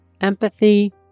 empathy